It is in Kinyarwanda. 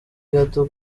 gato